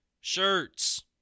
shirts